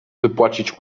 wypłacić